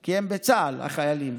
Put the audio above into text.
כי הם בצה"ל, החיילים,